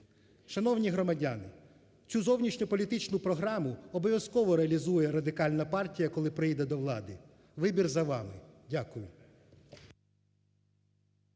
Шановні громадяни, цю зовнішню політичну програму обов'язково реалізує Радикальна партія, коли прийде до влади, вибір за вами. Дякую.